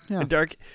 dark